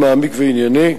מעמיק וענייני.